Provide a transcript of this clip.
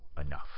enough